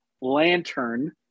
Lantern